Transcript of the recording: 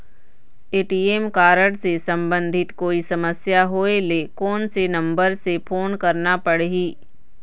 ATM card से संबंधित कोई समस्या होय ले, कोन से नंबर से फोन करना पढ़ही?